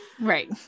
Right